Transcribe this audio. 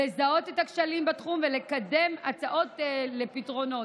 לזהות את הכשלים בתחום ולקדם הצעות לפתרונות.